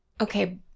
okay